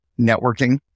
networking